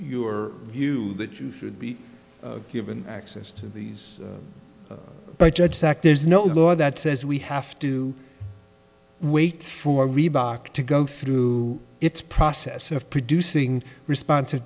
your view that you should be given access to these judge that there's no law that says we have to wait for reebok to go through its process of producing respons